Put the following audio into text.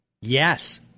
yes